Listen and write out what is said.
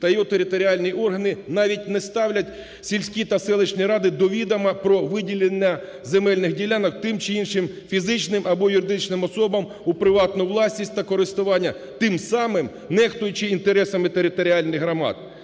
та його територіальні органи навіть не ставлять сільські та селищні ради до відома про виділення земельних ділянок тим чи іншим фізичним або юридичним особам у приватну власність та користування, тим самим нехтуючи інтересами територіальних громад.